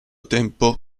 tempo